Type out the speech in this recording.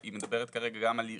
היא מדברת כרגע גם על יחידתו.